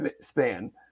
span